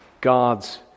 God's